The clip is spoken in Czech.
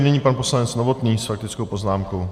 Nyní pan poslanec Novotný s faktickou poznámkou.